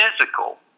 physical